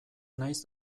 naiz